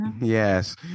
Yes